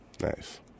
Nice